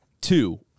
two